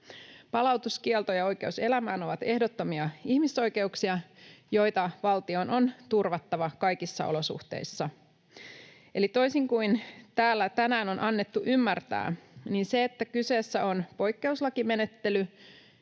Palautuskielto ja oikeus elämään ovat ehdottomia ihmisoikeuksia, joita valtion on turvattava kaikissa olosuhteissa. Eli toisin kuin täällä tänään on annettu ymmärtää, niin se, että kyseessä on poikkeuslakimenettely,